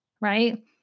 right